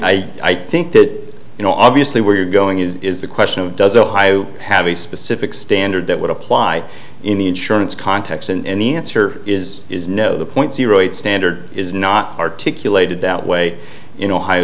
think that you know obviously where you're going is is the question of does ohio have a specific standard that would apply in the insurance context and the answer is is no the point zero eight standard is not articulated that way in ohio